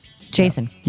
Jason